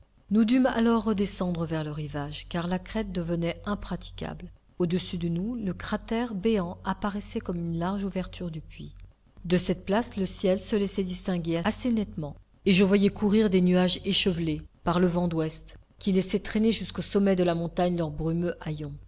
nous dûmes alors redescendre vers le rivage car la crête devenait impraticable au-dessus de nous le cratère béant apparaissait comme une large ouverture de puits de cette place le ciel se laissait distinguer assez nettement et je voyais courir des nuages échevelés par le vent d'ouest qui laissaient traîner jusqu'au sommet de la montagne leurs brumeux